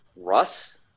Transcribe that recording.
Russ